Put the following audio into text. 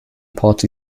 party